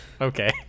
Okay